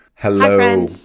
Hello